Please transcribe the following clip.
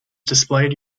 displayed